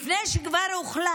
לפני שכבר הוחלט